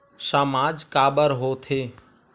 सामाज काबर हो थे?